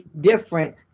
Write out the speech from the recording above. different